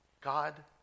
God